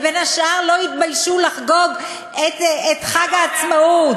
ובין השאר לא התביישו לחגוג את חג העצמאות.